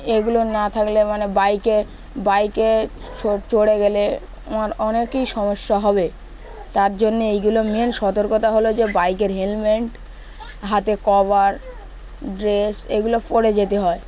এগুলো না থাকলে মানে বাইকে বাইকে চড়ে গেলে আমার অনেকই সমস্যা হবে তার জন্যে এইগুলো মেন সতর্কতা হলো যে বাইকের হেলমেট হাতে কভার ড্রেস এগুলো পড়ে যেতে হয়